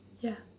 ya